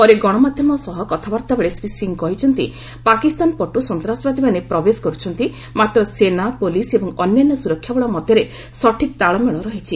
ପରେ ଗଣମାଧ୍ୟମ ସହ କଥାବାର୍ତ୍ତାବେଳେ ଶ୍ରୀ ସିଂ କହିଛନ୍ତି ପାକିସ୍ତାନ ପଟୁ ସନ୍ତାସବାଦୀମାନେ ପ୍ରବେଶ କରୁଛନ୍ତି ମାତ୍ର ସେନା ପୁଲିସ୍ ଏବଂ ଅନ୍ୟାନ୍ୟ ସୁରକ୍ଷା ବଳ ମଧ୍ୟରେ ସଠିକ୍ ତାଳମେଳ ରହିଛି